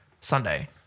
Sunday